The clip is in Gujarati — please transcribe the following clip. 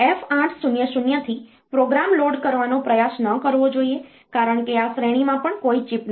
અને તે જ રીતે તમારે F800 થી પ્રોગ્રામ લોડ કરવાનો પ્રયાસ ન કરવો જોઈએ કારણ કે આ શ્રેણીમાં પણ કોઈ ચિપ નથી